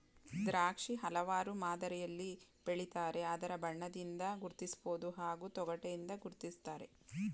ದ್ರಾಕ್ಷಿ ಹಲವಾರು ಮಾದರಿಲಿ ಬೆಳಿತಾರೆ ಅದರ ಬಣ್ಣದಿಂದ ಗುರ್ತಿಸ್ಬೋದು ಹಾಗೂ ತೊಗಟೆಯಿಂದ ಗುರ್ತಿಸ್ತಾರೆ